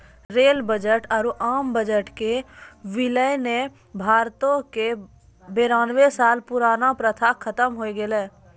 rail budget आरु आम budget के विलय ने भारतो के बेरानवे साल पुरानका प्रथा खत्म होय गेलै